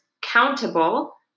countable